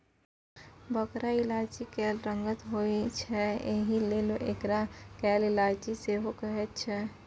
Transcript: बरका इलायची कैल रंगक होइत छै एहिलेल एकरा कैला इलायची सेहो कहैत छैक